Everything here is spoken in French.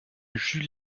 jules